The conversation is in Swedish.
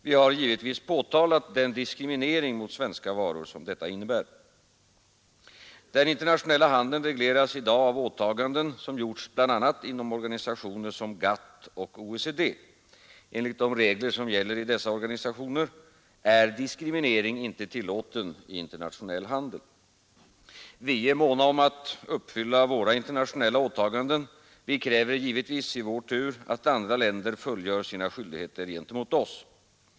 Vi har givetvis påtalat den diskriminering mot svenska varor som detta innebär. Den internationella handeln regleras i dag av åtaganden som gjorts bland annat inom organisationer som GATT och OECD. Enligt de regler som gäller i dessa organisationer är diskriminering inte tillåten i internationell handel. Vi är måna om att uppfylla våra internationella åtaganden. Vi kräver givetvis i vår tur att andra länder fullgör sina skyldigheter gentemot oss.